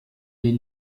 les